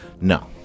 No